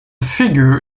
figure